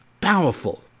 powerful